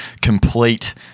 complete